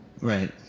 Right